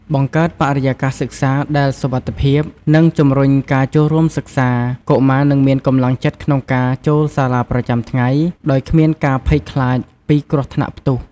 បង្កើតបរិយាកាសសិក្សាដែលសុវត្ថិភាព និងជំរុញការចូលរួមសិក្សា កុមារនឹងមានកម្លាំងចិត្តក្នុងការចូលសាលាប្រចាំថ្ងៃ ដោយគ្មានការភ័យខ្លាចពីគ្រោះថ្នាក់ផ្ទុះ។